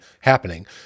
happening